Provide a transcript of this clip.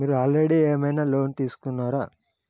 మీరు ఆల్రెడీ ఏమైనా లోన్ తీసుకున్నారా?